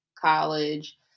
college